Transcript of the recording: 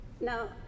Now